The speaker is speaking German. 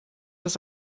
das